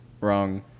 Wrong